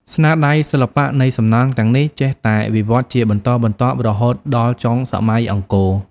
ស្នាដៃសិល្បៈនៃសំណង់ទាំងនេះ ចេះតែវិវត្តជាបន្តបន្ទាប់រហូតដល់ចុងសម័យអង្គរ ។